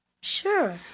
Sure